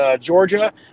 Georgia